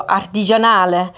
artigianale